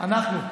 אנחנו.